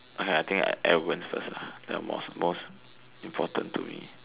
!aiya! I think I ah that one's most most important to me